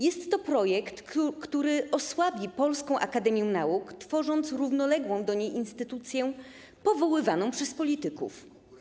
Jest to projekt, który osłabi Polską Akademię Nauk, tworząc równoległą do niej instytucję powoływaną przez polityków.